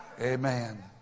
Amen